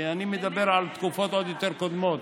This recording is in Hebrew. ואני מדבר על תקופות עוד יותר קודמות,